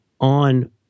on